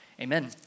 amen